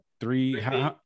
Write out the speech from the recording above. Three